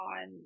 on